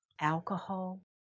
alcohol